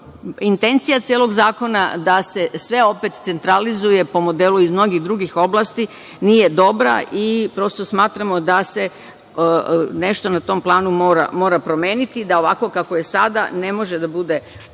intencija celog zakona da se sve opet centralizuje po modelu iz mnogih drugih oblasti nije dobra i prosto smatramo da se nešto na tom planu mora promeniti, da ovako kako je sada ne može da bude